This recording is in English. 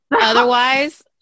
otherwise